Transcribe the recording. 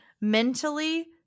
mentally